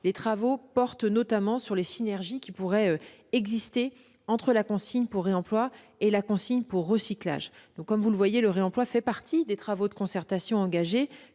Les travaux portent, notamment, sur les synergies qui pourraient exister entre la consigne pour réemploi et la consigne pour recyclage. Le réemploi fait partie des travaux de concertation engagés,